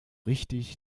richtig